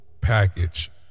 package